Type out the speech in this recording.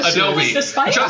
Adobe